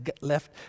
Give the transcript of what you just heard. left